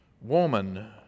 woman